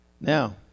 Now